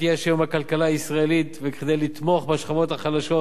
האי-שוויון בכלכלה הישראלית וכדי לתמוך בשכבות החלשות,